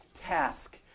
task